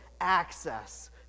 access